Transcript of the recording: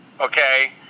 okay